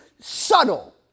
subtle